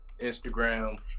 Instagram